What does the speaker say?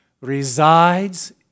resides